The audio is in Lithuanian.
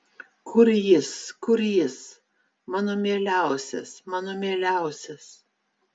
kur jis kur jis mano mieliausias mano mieliausias